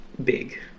big